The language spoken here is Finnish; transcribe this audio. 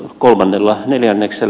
kolmannella neljänneksen